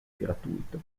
gratuito